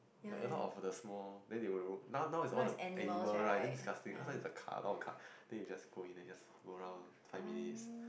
like a lot of the small then they will remote now now its all the animal right damn disgusting last time its the car all the car then you just go in and you just go around five minutes